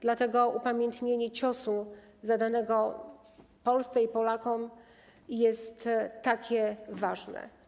Dlatego upamiętnienie ciosu zadanego Polsce i Polakom jest takie ważne.